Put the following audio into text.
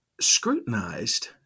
scrutinized